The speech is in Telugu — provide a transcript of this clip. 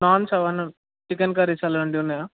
నాన్స్ అవన్ని చికెన్ కర్రీస్ అలాంటివి ఉన్నాయా